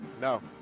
No